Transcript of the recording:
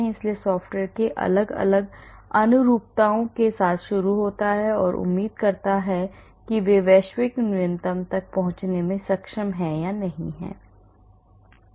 इसलिए सॉफ्टवेयर अलग अलग अनुरूपताओं के साथ शुरू होता है और उम्मीद करता है कि वे वैश्विक न्यूनतम तक पहुंचने में सक्षम हैं या नहीं